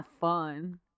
fun